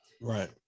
right